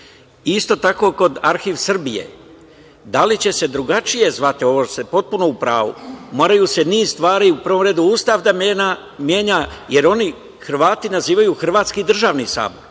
itd. Isto tako kod Arhiv Srbije, da li će se drugačije zvati? Ovo ste potpuno u pravu. Moraju se niz stvari, u prvom redu Ustav da menja, jer oni, Hrvati nazivaju Hrvatski državni sabor,